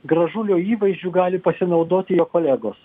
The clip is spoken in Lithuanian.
gražulio įvaizdžiu gali pasinaudoti jo kolegos